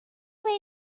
were